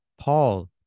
Paul